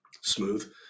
smooth